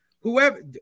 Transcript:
whoever